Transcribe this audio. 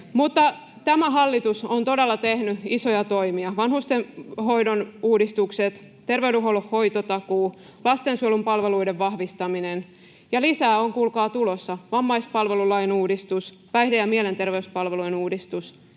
Mutta tämä hallitus on todella tehnyt isoja toimia: vanhustenhoidon uudistukset, ter-veydenhuollon hoitotakuu, lastensuojelun palveluiden vahvistaminen. Ja lisää on kuulkaa tulossa: vammaispalvelulain uudistus, päihde- ja mielenterveyspalvelujen uudistus